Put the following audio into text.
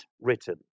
written